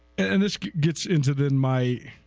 and this guy gets into then my